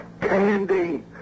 Candy